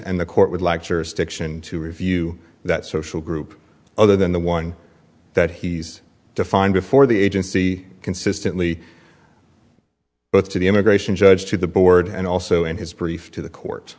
and the court would like your stiction to review that social group other than the one that he's defined before the agency consistently both to the immigration judge to the board and also in his brief to the court